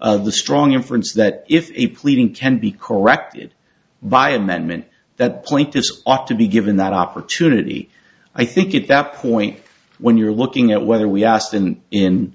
the strong inference that if a pleading can be corrected by an amendment that pointis ought to be given that opportunity i think at that point when you're looking at whether we asked in in